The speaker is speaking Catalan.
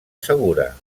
segura